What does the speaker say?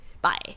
bye